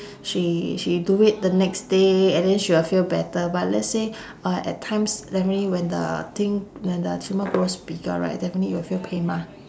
she she do it the next day and then she will feel better but lets say uh at times definitely when the thing when the tumor grows bigger right definitely will feel pain mah